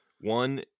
One